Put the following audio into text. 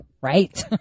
Right